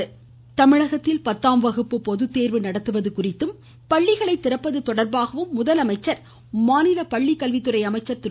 முதலமைச்சர் பள்ளிக்கல்வித்துறை தமிழகத்தில் பத்தாம் வகுப்பு பொதுத்தேர்வு நடத்துவது குறித்தும் பள்ளிகளை திறப்பது தொடர்பாகவும் முதலமைச்சர் மாநில பள்ளிக்கல்வித்துறை அமைச்சர் திரு